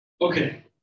Okay